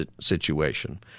situation